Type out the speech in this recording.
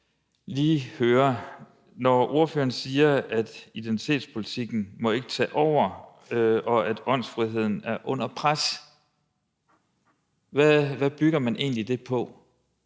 lige høre: Når ordføreren siger, at identitetspolitikken ikke må tage over, og at åndsfriheden er under pres, hvad bygger man så egentlig det på?